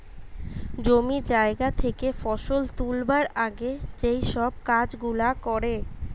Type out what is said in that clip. জমি জায়গা থেকে ফসল তুলবার আগে যেই সব কাজ গুলা করে